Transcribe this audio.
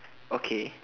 okay